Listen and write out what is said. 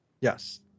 Yes